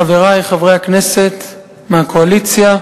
חברי חברי הכנסת מהקואליציה,